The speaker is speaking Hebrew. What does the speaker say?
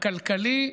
הכלכלי,